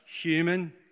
human